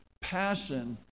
passion